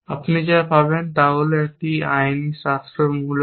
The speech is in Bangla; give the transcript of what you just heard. আপনি যা পাবেন তা হল একটি আইনি রাষ্ট্র মূলত